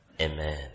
Amen